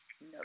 no